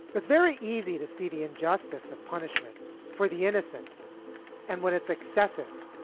it's very easy to see the injustice of punishment for the innocent and what it's excessive.